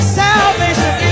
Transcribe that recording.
salvation